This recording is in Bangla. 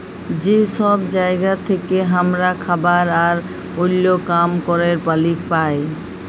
যে সব জায়গা থেক্যে হামরা খাবার আর ওল্য কাম ক্যরের পালি পাই